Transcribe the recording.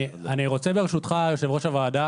ברשותך יושב ראש הוועדה,